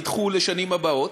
נדחו לשנים הבאות.